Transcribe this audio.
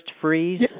freeze